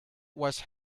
was